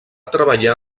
treballar